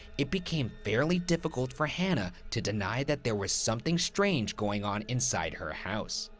it became fairly difficult for hannah to deny that there was something strange going on inside her house.